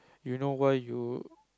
you know why you